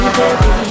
baby